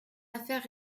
affaire